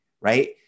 right